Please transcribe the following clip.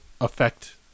affect